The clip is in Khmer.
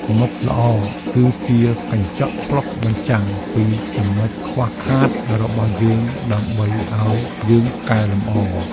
មិត្តល្អគឺជាកញ្ចក់ឆ្លុះបញ្ចាំងពីចំណុចខ្វះខាតរបស់យើងដើម្បីឱ្យយើងកែលម្អ។